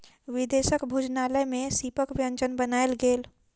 विदेशक भोजनालय में सीपक व्यंजन बनायल गेल